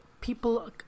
people